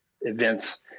events